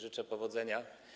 Życzę powodzenia.